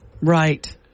Right